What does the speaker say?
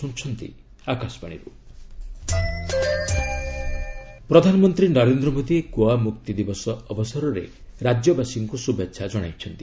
PM Goa ପ୍ରଧାନମନ୍ତ୍ରୀ ନରେନ୍ଦ୍ର ମୋଦି ଗୋଆ ମୁକ୍ତି ଦିବସ ଅବସରରେ ରାଜ୍ୟବାସୀଙ୍କୁ ଶୁଭେଚ୍ଛା କଣାଇଛନ୍ତି